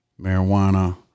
marijuana